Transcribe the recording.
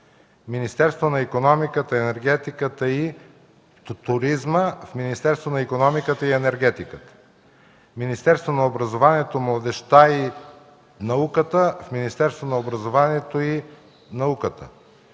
Министерството на икономиката, енергетиката и туризма – в Министерство на икономиката и енергетиката; - Министерство на образованието, младежта и науката – в Министерство на образованието и науката;